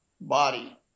body